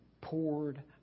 poured